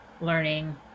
learning